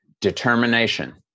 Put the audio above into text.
determination